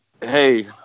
hey